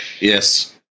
Yes